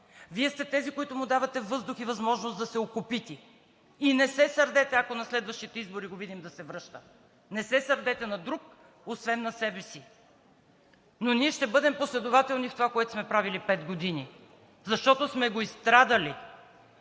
Вие сте тези, които му давате въздух и възможност да се окопити и не се сърдете, ако на следващите избори го видим да се връща. Не се сърдете на друг, освен на себе си. Ние обаче ще бъдем последователни в това, което сме правили пет години, защото сме го изстрадали.